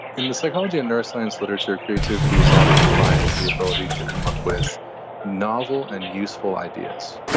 in the psychology and neuroscience literature, creativity is often defined as the ability to come up with novel and useful ideas.